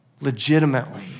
legitimately